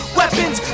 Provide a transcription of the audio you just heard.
weapons